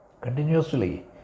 continuously